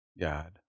god